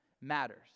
matters